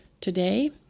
today